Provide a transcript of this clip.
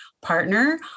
partner